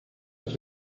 have